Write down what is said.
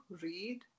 read